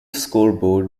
scoreboard